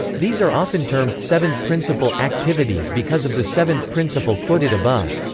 these are often termed seventh principle activities because of the seventh principle quoted above.